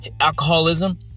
alcoholism